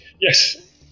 Yes